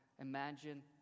imagine